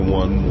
one